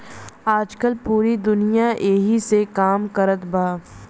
आजकल पूरी दुनिया ऐही से काम कारत बा